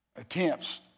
attempts